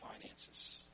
finances